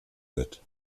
wird